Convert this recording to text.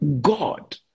god